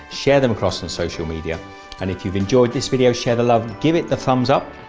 share them across in social media and if you've enjoyed this video share the love, give it the thumbs up,